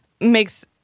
makes